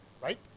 Right